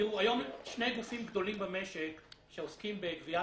היום שני גופים גדולים במשק שעוסקים בגבייה